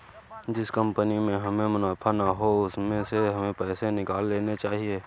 जिस कंपनी में हमें मुनाफा ना हो उसमें से हमें पैसे निकाल लेने चाहिए